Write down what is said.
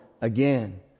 again